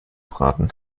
braten